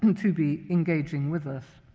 and to be engaging with us.